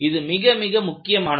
இது மிக மிக முக்கியமானது